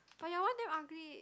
but your one damn ugly